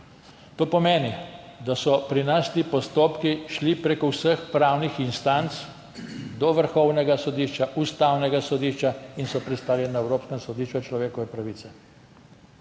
To pomeni, da so pri nas ti postopki šli prek vseh pravnih instanc, do Vrhovnega sodišča, Ustavnega sodišča, in so pristali na Evropskem sodišču za človekove pravice.